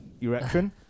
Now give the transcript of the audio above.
erection